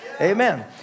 Amen